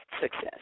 success